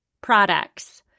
products